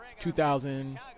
2000